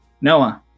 Noah